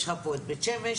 יש לך פה את בית שמש,